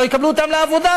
לא יקבלו אותם לעבודה,